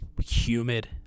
humid